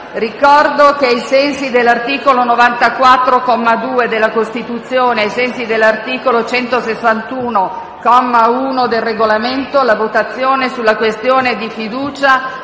Ricordo che ai sensi dell'articolo 94, secondo comma, della Costituzione e ai sensi dell'articolo 161, comma 1, del Regolamento, la votazione sulla questione di fiducia